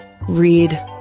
read